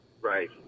Right